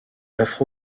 afro